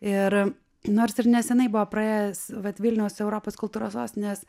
ir nors ir nesenai buvo praėjęs vat vilniaus europos kultūros sostinės